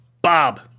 Bob